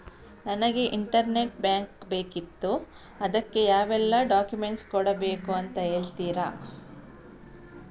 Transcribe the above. ನನಗೆ internet bank ಬೇಕಿತ್ತು ಅದಕ್ಕೆ ಯಾವೆಲ್ಲಾ ಡಾಕ್ಯುಮೆಂಟ್ಸ್ ಕೊಡ್ಬೇಕು ಅಂತ ಹೇಳ್ತಿರಾ?